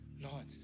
Lord